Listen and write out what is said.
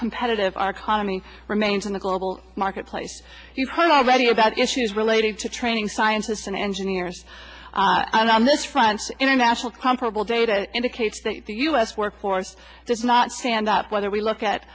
competitive our economy remains in the global marketplace you've heard already about issues related to training scientists and engineers and on this front international comparable data indicates that the us us workforce does not stand up whether we look at